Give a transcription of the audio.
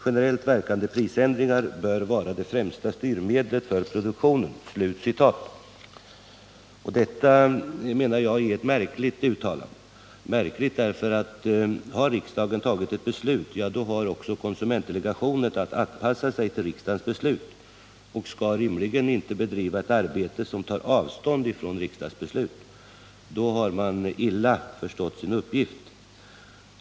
Generellt verkande prisändringar bör vara det främsta styrmedlet för produktionen.” Jag menaratt detta är ett märkligt uttalande. Har riksdagen fattat ett beslut, ja, då har även konsumentdelegationen att anpassa sig till riksdagens beslut. Delegationen skall rimligen inte bedriva ett arbete som tar avstånd från riksdagsbeslutet. Då har den illa förstått sin uppgift!